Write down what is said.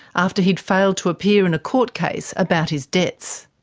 after he'd failed to appear in a court case about his debts.